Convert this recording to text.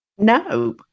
No